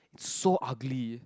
so ugly